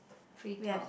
free talk